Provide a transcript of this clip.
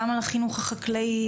גם על החינוך החקלאי,